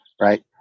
right